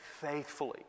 faithfully